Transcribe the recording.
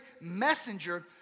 messenger